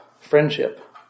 friendship